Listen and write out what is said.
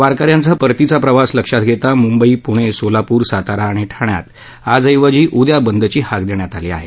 वारकऱ्यांचा परतीचा प्रवास लक्षात घेता मुंबई पुणे सोलापूर सातारा आणि ठाण्यात आजऐवजी उद्या बंदची हाक देण्यात आली आहे